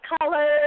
colors